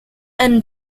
and